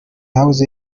house